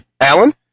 Alan